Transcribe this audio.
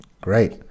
Great